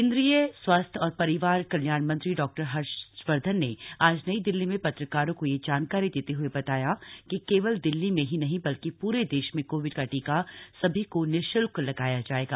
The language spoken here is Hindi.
केंद्रीय स्वास्थ्य और परिवार कल्याण मंत्री डॉक्टर हर्षवर्धन ने आज नई दिल्ली में पत्रकारों को यह जानकारी देते हए बताया कि केवल दिल्ली में ही नहीं बल्कि पूरे देश में कोविड का टीका सभी को निश्ल्क लगाया जाएगा